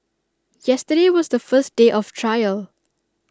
yesterday was the first day of trial